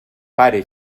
pare